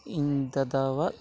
ᱤᱧ ᱫᱟᱫᱟᱣᱟᱜ